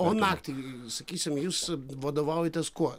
o naktį sakysim jūs vadovaujatės kuo